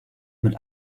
mit